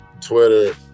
Twitter